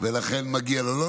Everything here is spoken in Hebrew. ולכן מגיע לו.